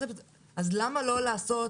אז למה לא לעשות